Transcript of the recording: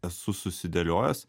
esu susidėliojęs